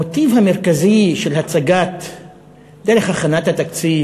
המוטיב המרכזי של דרך הכנת התקציב,